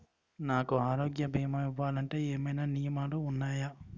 నాకు ఆరోగ్య భీమా ఇవ్వాలంటే ఏమైనా నియమాలు వున్నాయా?